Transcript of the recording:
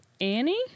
Annie